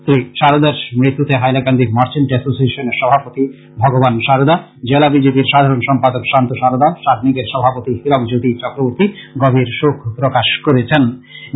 শ্রী সারদার মৃত্যুতে হাইলাকান্দি মার্চেন্ট এসোসিয়েশনের সভাপতি ভগবান সারদা জেলা বিজেপির সাধারন সম্পাদক শান্ত সারদা সাগ্নিকের সভাপতি হীরক জ্যোতি চক্রবর্তী গভীর শোক প্রকাশ করেছেন